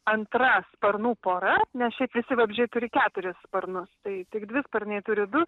antra sparnų pora nes šiaip visi vabzdžiai turi keturis sparnus tai tik dvisparniai turi du